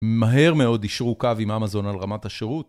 מהר מאוד אישרו קו עם אמאזון על רמת השירות.